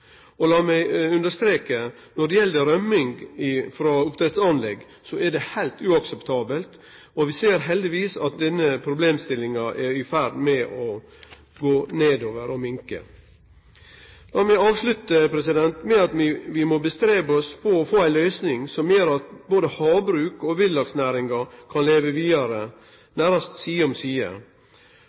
La meg understreke at når det gjeld rømming frå oppdrettsanlegg, er det heilt uakseptabelt, og vi ser heldigvis at denne problemstillinga er i ferd med å bli mindre aktuell. Lat meg avslutte med at vi må leggje vinn på å få ei løysing som gjer at både havbruksnæringa og villaksnæringa kan leve vidare, nærast side om side.